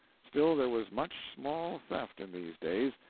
still there was much small theft in these days,